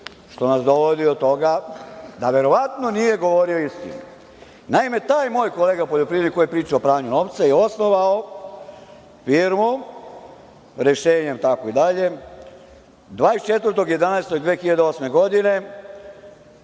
što nas dovodi do toga da verovatno nije govorio istinu. Naime, taj moj kolega poljoprivrednik koji priča o pranju novca je osnovao firmu, rešenjem itd, 24.11.2008. godine,